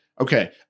Okay